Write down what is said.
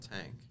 tank